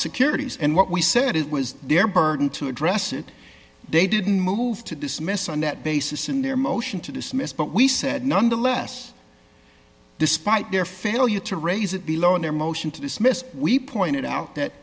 securities and what we said it was their burden to address it they didn't move to dismiss on that basis in their motion to dismiss but we said nonetheless despite their failure to raise it below in their motion to dismiss we pointed out that